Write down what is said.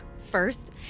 First